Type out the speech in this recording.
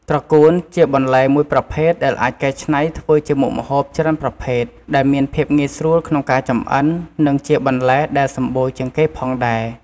ត្រកួនជាបន្លែមួយប្រភេទដែលអាចកែច្នៃធ្វើជាមុខម្ហូបច្រើនប្រភេទ ដែលមានភាពងាយស្រួលក្នុងការចម្អិន និងជាបន្លែដែលសំបូរជាងគេផងដែរ។